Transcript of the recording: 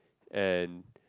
and